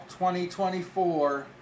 2024